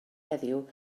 heddiw